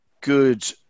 good